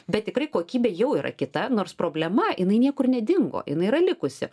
bet tikrai kokybė jau yra kita nors problema jinai niekur nedingo jinai yra likusi